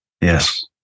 Yes